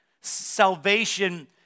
Salvation